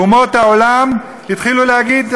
אומות העולם התחילו להגיד,